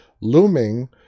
looming